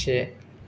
से